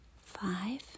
five